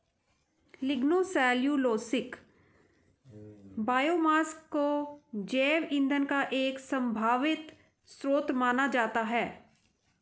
lignocellulosic biomass को जैव ईंधन का एक संभावित स्रोत माना जाता है